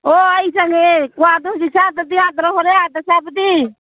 ꯑꯣ ꯑꯩ ꯆꯪꯉꯛꯑꯦ ꯀ꯭ꯋꯥꯗꯣ ꯍꯧꯖꯤꯛ ꯆꯥꯗꯕꯗꯤ ꯌꯥꯗ꯭ꯔꯣ ꯍꯣꯔꯦꯟ ꯑꯥꯗ ꯆꯥꯕꯗꯤ